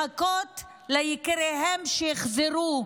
מחכות ליקיריהן שיחזרו,